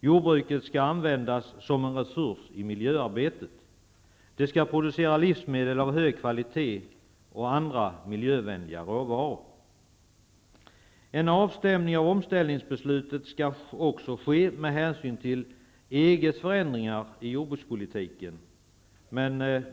Jordbruket skall användas som en resurs i miljöarbetet. Det skall producera livsmedel av hög kvalitet och andra miljövänliga råvaror. En avstämning av omställningsbeslutet skall också ske med hänsyn till EG:s förändringar i jordbrukspolitiken.